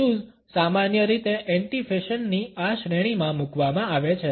tattoos સામાન્ય રીતે anti ફેશનની આ શ્રેણીમાં મૂકવામાં આવે છે